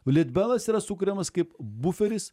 litbelas yra sukuriamas kaip buferis